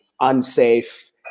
unsafe